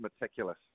meticulous